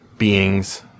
Beings